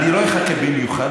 אני לא אחכה במיוחד,